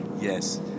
Yes